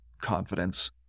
confidence